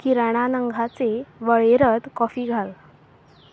किराणा नंगाचे वळेरत कॉफी घाल